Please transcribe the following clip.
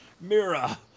Mira